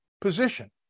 position